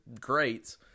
greats